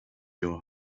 your